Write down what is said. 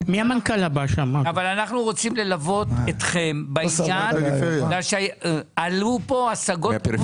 אבל אנחנו רוצים ללוות אתכם בעניין בגלל שעלו פה השגות.